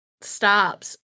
stops